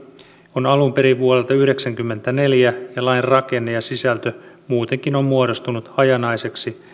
on alun perin vuodelta yhdeksänkymmentäneljä ja lain rakenne ja sisältö muutenkin on muodostunut hajanaiseksi